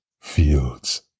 fields